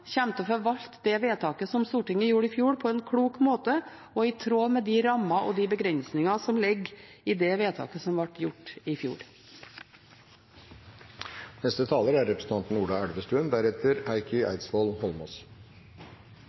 til å forvalte det vedtaket som Stortinget gjorde i fjor, på en klok måte og i tråd med de rammer og de begrensninger som ligger i det vedtaket – som altså ble gjort i fjor.